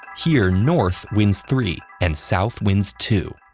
here, north wins three and south wins two.